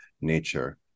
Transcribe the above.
nature